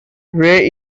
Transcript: ray